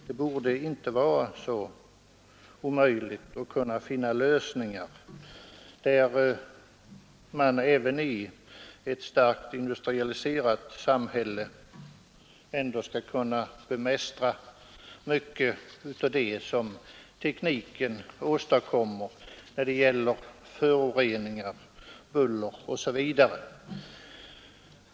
Det borde inte vara 15 december 1972 Å U Å , 5 pa ; så omöjligt att finna lösningar där man även i ett starkt industrialiserat samhälle ändå kan bemästra mycket av det som tekniken åstadkommer i form av föroreningar, buller osv.